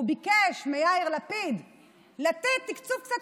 והוא ביקש מיאיר לפיד לתת תקציב קצת